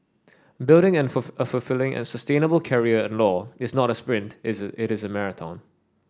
building and a a fulfilling and sustainable career in law is not a sprint is it is a marathon